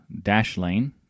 Dashlane